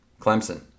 Clemson